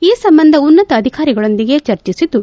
ಈ ಸಂಬಂಧ ಉನ್ನತ ಅಧಿಕಾರಿಗಳೊಂದಿಗೆ ಚರ್ಚಿಸಿದ್ದು